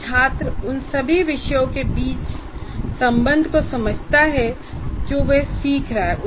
छात्र उन सभी विषयों के बीच संबंध को समझता है जो वह सीख रहा है